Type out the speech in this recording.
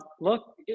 Look